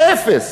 זה אפס,